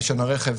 רישיון הרכב,